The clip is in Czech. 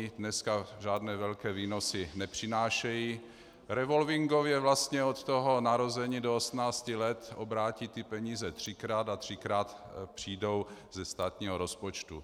produkty dneska žádné velké výnosy nepřinášejí, revolvingově vlastně od narození do 18 let obrátí ty peníze třikrát a třikrát přijdou ze státního rozpočtu.